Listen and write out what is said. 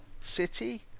City